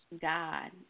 God